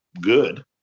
good